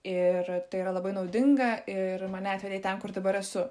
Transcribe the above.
ir tai yra labai naudinga ir mane atvedė ten kur dabar esu